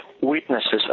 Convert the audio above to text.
witnesses